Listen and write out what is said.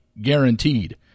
guaranteed